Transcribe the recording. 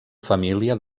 família